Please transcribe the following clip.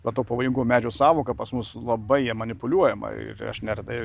va to pavojingo medžio sąvoka pas mus labai ja manipuliuojama ir aš neretai